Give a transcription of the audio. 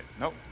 Nope